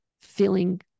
feeling